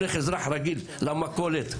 כמו אזרח רגיל שהולך למכולת,